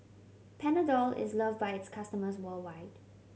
Panadol is loved by its customers worldwide